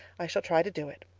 i shall try to do it